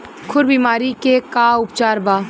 खुर बीमारी के का उपचार बा?